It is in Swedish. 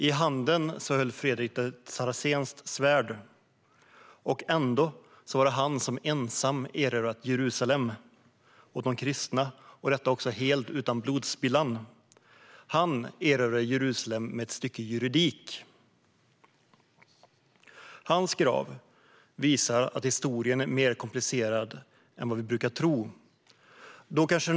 I handen höll Fredrik ett saracenskt svärd. Och ändå var det han som ensam erövrat Jerusalem åt de kristna - och detta helt utan blodspillan. Han erövrade Jerusalem med ett stycke juridik. Hans grav visar att historien är mer komplicerad än vad vi brukar tro.